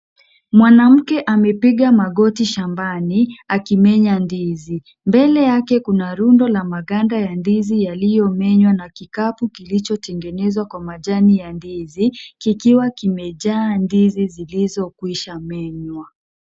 Mwanamke amepiga magoti shambani akimenya ndizi. Mbele yake kuna rundo la maganda ya ndizi yaliyomenywa na kikapu kilichotengenezwa kwa majani ya ndizi, kikiwa kimejaa ndizi zilizo kwisha mmenywa.